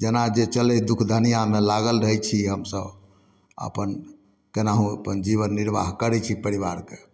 जेना जे चलैत दुख दुनिआमे लागल रहै छी हमसभ अपन केनाहु अपन जीवन निर्वाह करै छी परिवारके